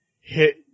hit